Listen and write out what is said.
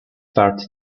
part